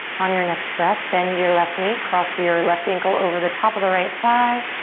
on your next breath, bend your left knee, cross your left ankle over the top of the right thigh,